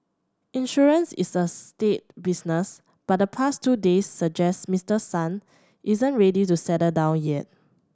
insurance is a staid business but the past two days suggest Mister Son isn't ready to settle down yet